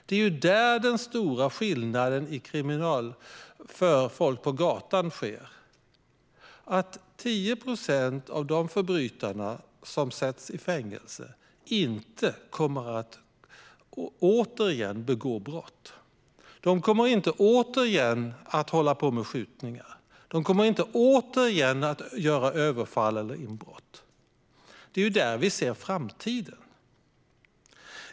Det är den stora skillnaden för folk på gatan. Av de förbrytare som sätts i fängelse kommer 10 procent att inte återfalla i brott. De kommer inte att fortsätta med skjutningar, begå överfall eller göra inbrott. Det är där som vi ser framtiden.